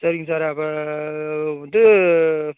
சரிங்க சார் அப்போ வந்து